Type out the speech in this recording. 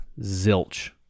Zilch